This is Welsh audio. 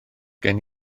gen